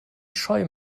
scheu